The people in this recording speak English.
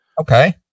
Okay